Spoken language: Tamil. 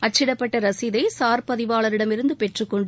அச்சிடப்பட்ட ரசீதை சார் பதிவாளரிடமிருந்து பெற்றுக்கொண்டு